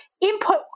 input